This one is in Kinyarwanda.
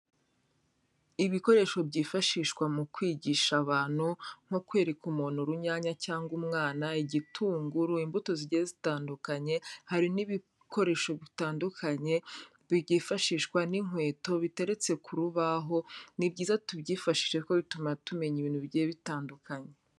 Ibikoresho byifashishwa mu kwigisha abantu nko kwereka umuntu urunyanya cyangwa umwana, igitunguru, imbuto zigiye zitandukanye, hari n'ibikoresho bitandukanye bifashishwa n'inkweto biteretse ku rubaho, ni byiza tubyifashishe kuko bituma tumenya ibintu bigiye bitandukanye.